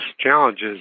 challenges